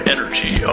Energy